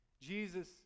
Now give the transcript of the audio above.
Jesus